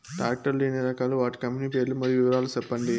Tractor లు ఎన్ని రకాలు? వాటి కంపెని పేర్లు మరియు వివరాలు సెప్పండి?